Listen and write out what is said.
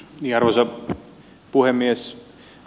arvoisa puhemies